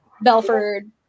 Belford